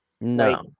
No